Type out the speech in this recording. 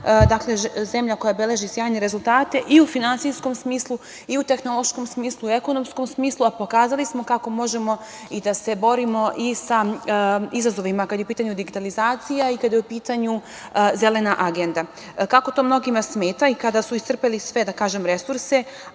dana, zemlja koja beleži sjajne rezultate i u finansijskom smislu, i u tehnološkom smislu, i u ekonomskom smislu, a pokazali smo kako možemo i da se borimo i sa izazovima, kada je u pitanju digitalizacija, a i kada je u pitanju Zelena agenda. Kako to mnogima smeta i kada su iscrpeli sve resurse,